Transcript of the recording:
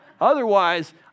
otherwise